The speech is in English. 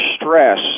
stress